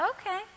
Okay